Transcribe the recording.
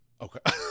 Okay